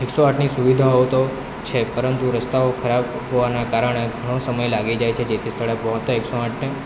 એકસો આઠની સુવિધાઓ તો છે પરંતુ રસ્તાઓ ખરાબ હોવાનાં કારણે ઘણો સમય લાગી જાય છે જે તે સ્થળે પહોંચતાં એકસો આઠને